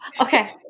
Okay